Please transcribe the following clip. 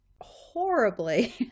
horribly